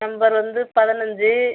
number வந்து பதினஞ்சி